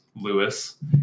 Lewis